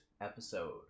episode